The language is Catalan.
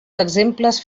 exemples